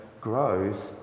grows